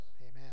Amen